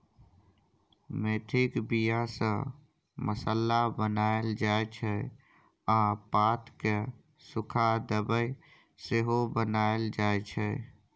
मेथीक बीया सँ मसल्ला बनाएल जाइ छै आ पात केँ सुखा दबाइ सेहो बनाएल जाइ छै